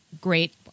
great